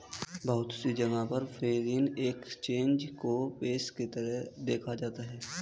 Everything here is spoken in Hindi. बहुत सी जगह पर फ़ोरेन एक्सचेंज को पेशे के तरह देखा जाता है